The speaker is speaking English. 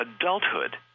adulthood